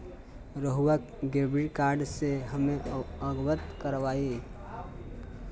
रहुआ debit card से हमें अवगत करवाआई?